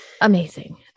amazing